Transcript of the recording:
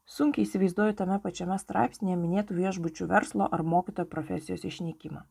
sunkiai įsivaizduoju tame pačiame straipsnyje minėtų viešbučių verslo ar mokytojo profesijos išnykimą